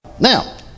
Now